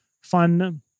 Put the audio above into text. fun